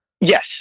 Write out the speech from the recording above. Yes